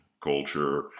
culture